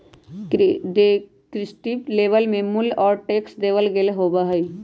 descriptive label में मूल्य और टैक्स देवल गयल होबा हई